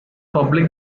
public